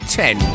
ten